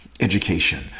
education